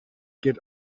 get